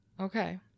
Okay